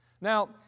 Now